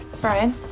Brian